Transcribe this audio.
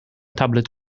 tablet